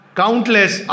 countless